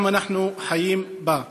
גם אנחנו חיים בה?